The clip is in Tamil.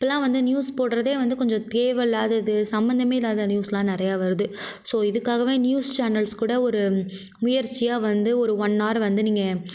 இப்பெலாம் வந்து நியூஸ் போடுறதே வந்து கொஞ்சம் தேவை இல்லாதது சம்பந்தமே இல்லாத நியூஸ்யெலாம் நிறைய வருது ஸோ இதுக்காகவே நியூஸ் சேனல்ஸ் கூட ஒரு முயற்சியாக வந்து ஒரு ஒன் நார் வந்து நீங்கள்